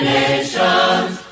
nations